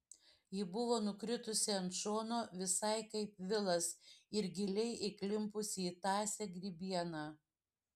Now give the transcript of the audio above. ji buvo nukritusi ant šono visai kaip vilas ir giliai įklimpusi į tąsią grybieną